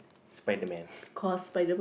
spiderman